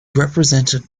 represented